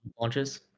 launches